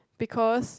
because